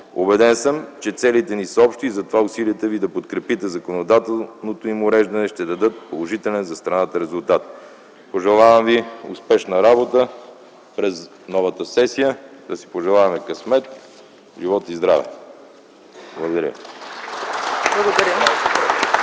Убеден съм, че целите ни са общи и затова усилията ви да подкрепите законодателното им уреждане ще дадат положителен за страната резултат. Пожелавам ви успешна работа през новата сесия! Да си пожелаем късмет, живот и здраве. Благодаря.